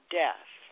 death